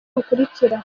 bukurikira